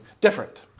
different